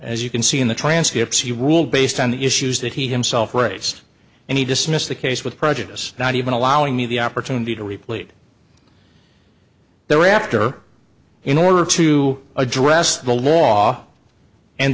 as you can see in the transcripts he ruled based on the issues that he himself raised and he dismissed the case with prejudice not even allowing me the opportunity to replete thereafter in order to address the law and